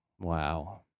Wow